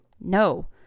No